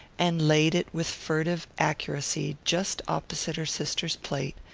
and laid it with furtive accuracy just opposite her sister's plate,